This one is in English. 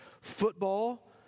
Football